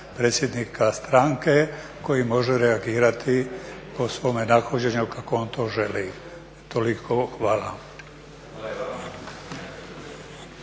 predsjednika stranke koji može reagirati po svome nahođenju kako on to želi. Toliko, hvala.